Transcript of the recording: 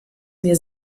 mir